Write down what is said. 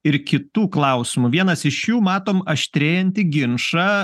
ir kitų klausimų vienas iš jų matom aštrėjantį ginčą